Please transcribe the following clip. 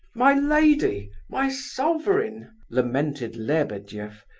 my lady! my sovereign! lamented lebedeff,